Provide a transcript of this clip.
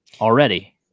already